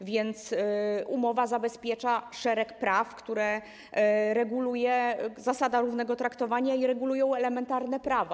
A więc umowa zabezpiecza szereg praw, które reguluje zasada równego traktowania i regulują elementarne prawa.